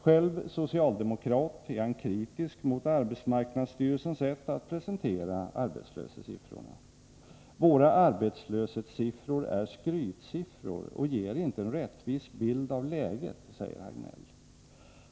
Själv socialdemokrat är han kritisk mot arbetsmarknadsstyrelsens sätt att presentera arbetslöshetssiffrorna. ”Våra arbetslöshetssiffror är skrytsiffror och ger inte en rättvis bild av läget”, säger Hagnell.